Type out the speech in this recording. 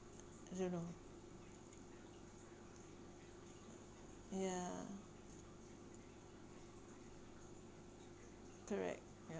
I don't know ya correct yup